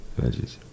Veggies